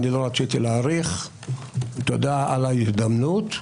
לא רציתי להאריך ותודה על ההזדמנות.